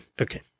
Okay